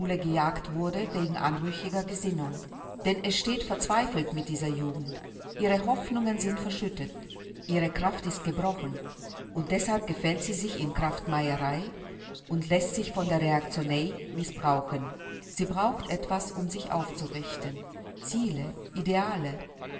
gejagt wurde wegen anrüchiger gesinnung denn es steht verzweifelt mit dieser jugend ihre hoffnungen sind verschüttet ihre kraft ist gebrochen und deshalb gefällt sie sich in kraftmeierei und läßt sich von der reaktionaille mißbrauchen sie braucht etwas um sich aufzurichten ziele ideale